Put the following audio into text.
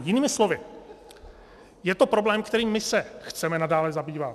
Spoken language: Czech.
Jinými slovy, je to problém, kterým se chceme nadále zabývat.